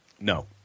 No